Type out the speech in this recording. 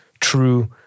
true